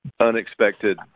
unexpected